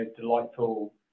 delightful